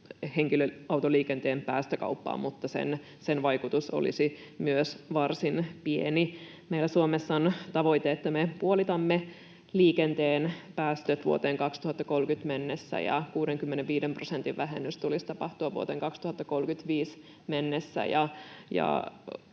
henkilöautoliikenteen päästökauppaan, mutta myös sen vaikutus olisi varsin pieni. Meillä Suomessa on tavoite, että me puolitamme liikenteen päästöt vuoteen 2030 mennessä ja 65 prosentin vähennys tulisi tapahtua vuoteen 2035 mennessä.